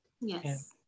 yes